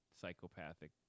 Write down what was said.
psychopathic